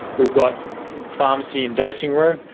we've got pharmacy and dosing room.